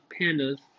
pandas